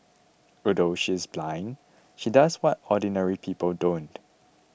although she is blind she does what ordinary people don't